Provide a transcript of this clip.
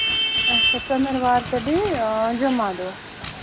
اَچھا ژَنٛدٔر وارِ تہٕ بیٚیہِ آ جُمعہ دۄہ